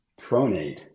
pronate